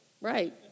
right